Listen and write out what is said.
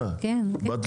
היושב-ראש,